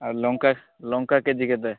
ଆଉ ଲଙ୍କା ଲଙ୍କା କେ ଜି କେତେ